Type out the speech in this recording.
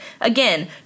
again